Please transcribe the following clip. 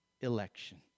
election